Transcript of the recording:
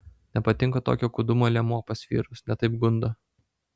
nepatinka tokio kūdumo liemuo pas vyrus ne taip gundo